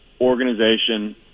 organization